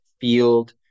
field